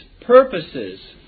purposes